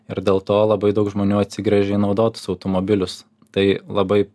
ir dėl to labai daug žmonių atsigręžia į naudotus automobilius tai labai